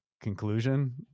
conclusion